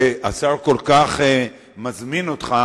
מה שאני אגיד עכשיו יהיה לא טוב לממשלה הנכנסת.